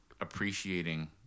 appreciating